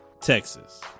Texas